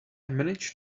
managed